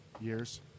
years